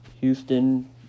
Houston